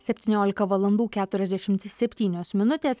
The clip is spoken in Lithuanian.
septyniolika valandų keturiasdešimt septynios minutės